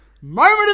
moment